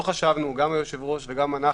לא חשבנו, גם היושב-ראש וגם אנחנו,